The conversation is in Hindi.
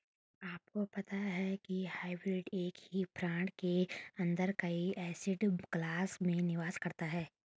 आपको पता है हाइब्रिड एक ही फंड के अंदर कई एसेट क्लास में निवेश करता है?